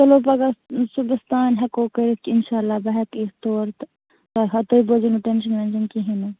چلو پَگاہ صُبحَس تام ہیٚکو کٔرِتھ اِنشاء اللہ بہٕ ہیٚکہِ یِتھ تور تہٕ تۅہہِ ہاوٕ تُہۍ بٔرۍزیٚو نہٕ ٹیٚنٛشَن وینٛشَن کِہیٖنٛۍ نہٕ